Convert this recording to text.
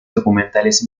documentales